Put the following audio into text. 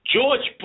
George